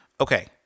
Okay